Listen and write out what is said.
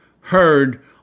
heard